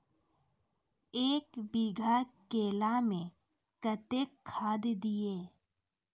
एक बीघा केला मैं कत्तेक खाद दिये?